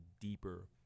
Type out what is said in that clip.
deeper